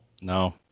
No